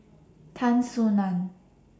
Tan Soo NAN